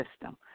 system